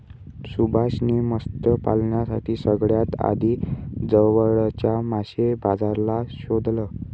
सुभाष ने मत्स्य पालनासाठी सगळ्यात आधी जवळच्या मासे बाजाराला शोधलं